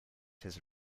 his